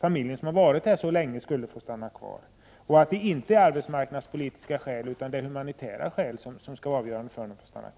familjer som har varit länge i Sverige skulle få stanna kvar och att inte arbetsmarknadspolitiska utan humanitära skäl skall vara avgörande för om de får stanna.